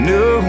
no